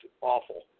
awful